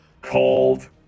cold